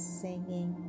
singing